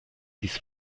these